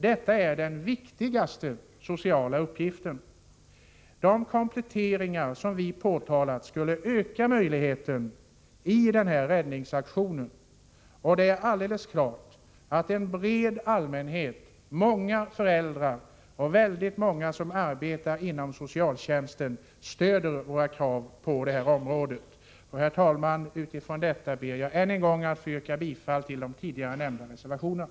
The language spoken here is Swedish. Detta är den viktigaste sociala uppgiften. De kompletteringar som vi föreslagit skulle öka möjligheterna att nå resultat i denna räddningsaktion. Det är alldeles klart att en bred allmänhet, många föräldrar och många som arbetar inom socialtjänsten stöder våra krav på detta område. Herr talman! Jag ber än en gång att få yrka bifall till de tidigare nämnda reservationerna.